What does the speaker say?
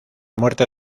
muerte